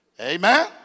Amen